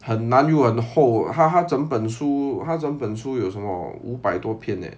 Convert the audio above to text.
很难又很厚他她整本书他整本书有什么五百多偏 eh